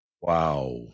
Wow